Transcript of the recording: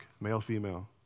male-female